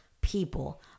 people